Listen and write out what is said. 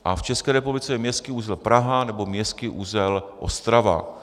A v České republice je městský uzel Praha nebo městský uzel Ostrava.